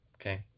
Okay